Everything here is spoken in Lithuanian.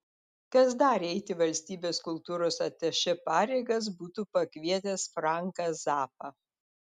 kas dar eiti valstybės kultūros atašė pareigas būtų pakvietęs franką zappą